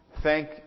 thank